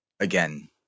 Again